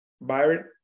Byron